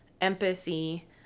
empathy